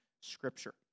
Scripture